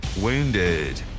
wounded